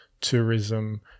tourism